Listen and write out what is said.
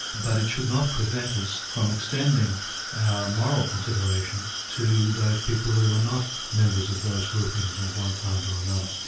but it should not prevent us from extending our moral consideration to those people who are and not members of those groupings of one kind or another.